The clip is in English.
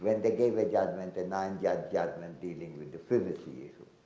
and they gave a judgment denying yeah judgment dealing with the privacy issue.